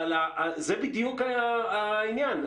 זה בדיוק העניין.